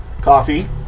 Coffee